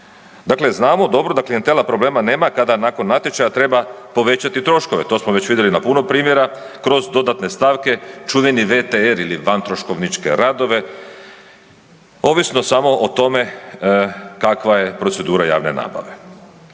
Dakle, znamo dobro da klijentela problema nema kada nakon natječaja treba povećati troškove, to smo već vidjelina puno primjera kroz dodatne stavke čuveni VTR ili vantroškovničke radove ovisno samo o tome kakva je procedura javne nabave.